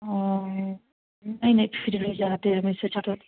नहीं नहीं जाती है हम इससे अच्छा तो